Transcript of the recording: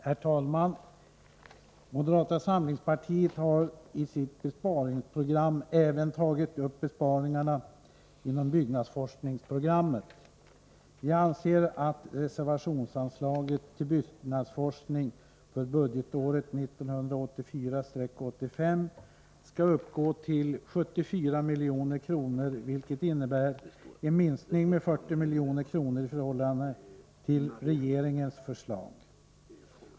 Herr talman! Moderata samlingspartiet har i sitt besparingsprogram även tagit upp besparingar inom byggnadsforskningsprogrammet. Vi anser att reservationsanslaget till byggnadsforskning för budgetåret 1984/85 skall uppgå till 74 milj.kr., vilket innebär en minskning med 40 milj.kr. i förhållande till regeringens förslag.